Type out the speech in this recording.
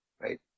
right